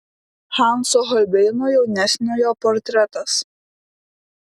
hanso holbeino jaunesniojo portretas